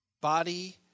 Body